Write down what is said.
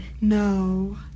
No